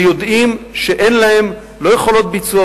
והם יודעים שאין להם לא יכולות ביצוע